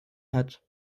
hat